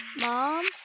Mom